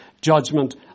judgment